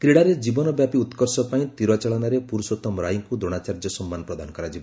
କ୍ରୀଡ଼ାରେ ଜୀବନ ବ୍ୟାପୀ ଉତ୍କର୍ଷ ପାଇଁ ତୀରଚାଳନାରେ ପୁର୍ଷୋତ୍ତମ ରାଇଙ୍କୁ ଦ୍ରୋଶାଚାର୍ଯ୍ୟ ସମ୍ମାନ ପ୍ରଦାନ କରାଯିବ